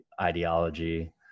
ideology